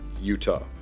Utah